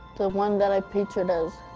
the one that i pictured as